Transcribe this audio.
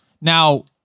now